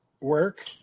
work